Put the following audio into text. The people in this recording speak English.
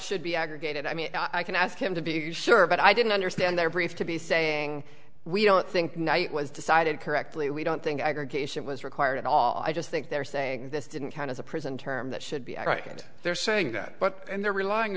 should be aggregated i mean i can ask him to be sure but i didn't understand their brief to be saying we don't think night was decided correctly we don't think i guess it was required at all i just think they're saying this didn't count as a prison term that should be right and they're saying that but they're relying